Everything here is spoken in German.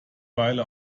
weile